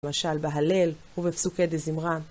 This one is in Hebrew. למשל בהלל ובפסוקי דזמרה